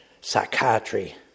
psychiatry